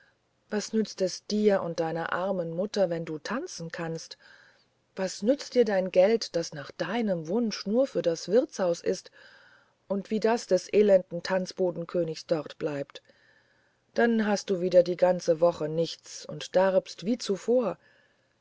was nützt es dir und deiner armen mutter wenn du tanzen kannst was nützt dir dein geld das nach deinem wunsch nur für das wirtshaus ist und wie das des elenden tanzbodenkönigs dort bleibt dann hast du wieder die ganze woche nichts und darbst wie zuvor